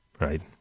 right